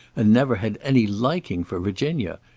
and never had any liking for virginia?